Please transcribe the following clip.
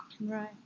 Right